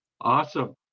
Awesome